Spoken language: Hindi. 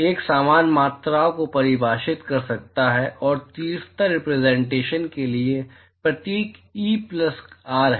एक समान मात्राओं को परिभाषित कर सकता है और तीव्रता रिप्रेसेन्टेशन के लिए प्रतीक ई प्लस आर है